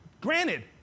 granted